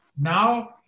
now